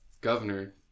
governor